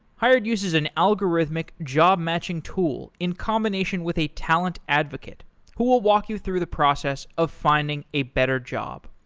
hired uses an algorithmic job-matching tool in combination with a talent advocate who will walk you through the process of finding a better job.